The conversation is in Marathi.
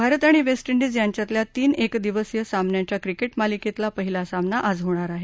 भारत आणि वेस्ट डिज यांच्यातल्या तीन एक दिवसीय सामन्यांच्या क्रिकेट मालिकेतला पहिला सामना आज होणार आहे